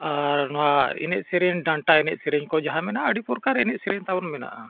ᱟᱨ ᱱᱚᱣᱟ ᱮᱱᱮᱡ ᱥᱮᱨᱮᱧ ᱰᱟᱱᱴᱟ ᱮᱱᱮᱡ ᱥᱮᱨᱮᱧ ᱠᱚ ᱡᱟᱦᱟᱸ ᱢᱮᱱᱟᱜᱼᱟ ᱟᱹᱰᱤ ᱯᱨᱚᱠᱟᱨ ᱮᱱᱮᱡ ᱥᱮᱨᱮᱧ ᱛᱟᱵᱚᱱ ᱢᱮᱱᱟᱜᱼᱟ